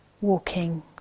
walking